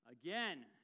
Again